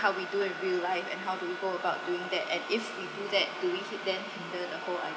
how we do in real life and how do we go about doing that and if we do that do we hit then hinder the whole idea